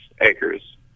acres